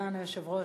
סגן היושב-ראש,